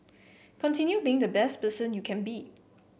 continue being the best person you can be